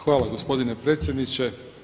Hvala gospodine predsjedniče.